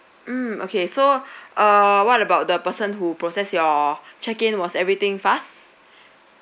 mm okay so uh what about the person who process your check-in was everything fast